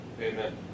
Amen